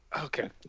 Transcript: Okay